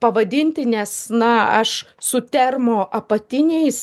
pavadinti nes na aš su termo apatiniais